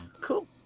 Cool